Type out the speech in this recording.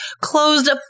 closed